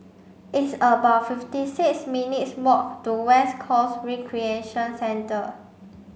it's about fifty six minutes' walk to West Coast Recreation Centre